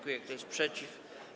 Kto jest przeciw?